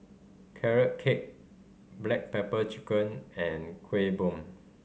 Carrot Cake black pepper chicken and Kuih Bom